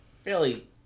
fairly